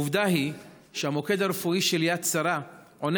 עובדה היא שהמוקד הרפואי של יד שרה עונה